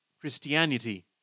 Christianity